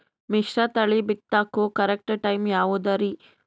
ಮಿಶ್ರತಳಿ ಬಿತ್ತಕು correct time ಯಾವುದರಿ?